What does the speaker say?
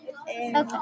Okay